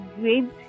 great